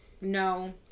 no